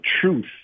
truth